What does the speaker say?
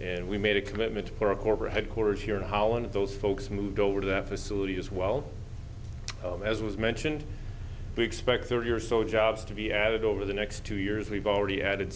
and we made a commitment for a corporate headquarters here in holland those folks moved over to that facility as well as was mentioned we expect thirty or so jobs to be added over the next two years we've already added